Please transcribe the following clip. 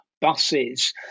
buses